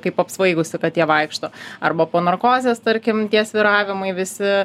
kaip apsvaigusikatė vaikšto arba po narkozės tarkim tie svyravimai visi